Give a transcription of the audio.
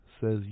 says